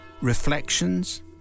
reflections